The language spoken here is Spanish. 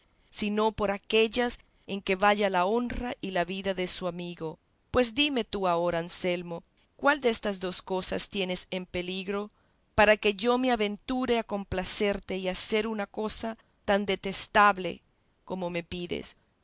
sino por aquellas en que vaya la honra y la vida de su amigo pues dime tú ahora anselmo cuál destas dos cosas tienes en peligro para que yo me aventure a complacerte y a hacer una cosa tan detestable como me pides